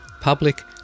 public